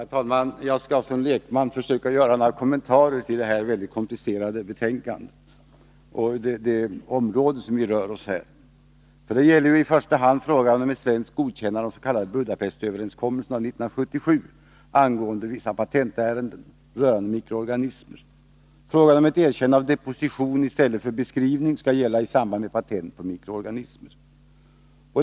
Herr talman! Jag skall som lekman försöka göra några kommentarer till detta mycket komplicerade betänkande och det område som där behandlas. Det gäller i första hand frågan om ett svenskt godkännande av Budapestöverenskommelsen av 1977 angående vissa patentärenden rörande mikroorganismer; ett erkännande av att deposition i stället för beskrivning skall gälla i samband med patent på mikroorganismer.